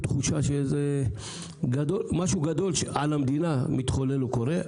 תחושה שמשהו גדול על המדינה מתחולל או קורה.